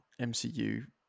mcu